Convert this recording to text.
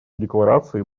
декларации